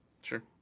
Sure